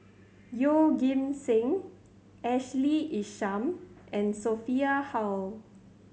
Yeoh Ghim Seng Ashley Isham and Sophia Hull